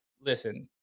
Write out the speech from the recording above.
Listen